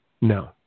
No